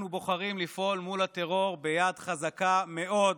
אנחנו בוחרים לפעול מול הטרור ביד חזקה מאוד.